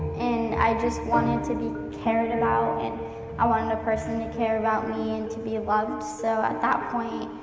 and i just wanted to be cared about. and i wanted a person to care about me and to be loved. so, at that point,